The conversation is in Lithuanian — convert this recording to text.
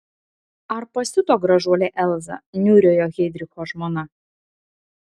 ar pasiuto gražuolė elza niūriojo heidricho žmona